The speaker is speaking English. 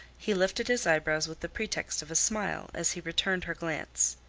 he lifted his eyebrows with the pretext of a smile as he returned her glance.